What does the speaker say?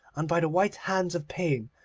and by the white hands of pain,